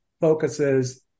focuses